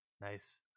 nice